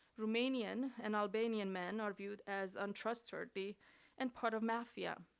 romanian and albanian men are viewed as untrustworthy and part of mafia.